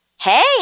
Hey